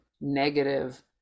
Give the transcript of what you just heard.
negative